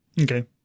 Okay